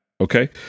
Okay